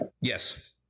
Yes